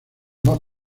más